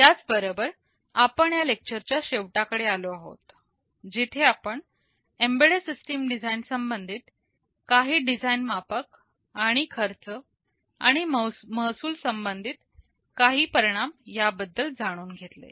याच बरोबर आपण या लेक्चरच्या शेवटाकडे आलो आहोत जिथे आपण एम्बेडेड सिस्टीम डिझाईन संबंधित काही डिझाईन मापक आणि खर्च आणि महसूल संबंधित काही परिणाम याबद्दल जाणून घेतले